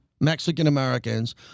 Mexican-Americans